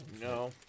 No